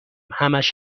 همش